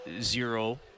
zero